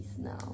now